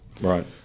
Right